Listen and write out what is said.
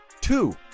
Two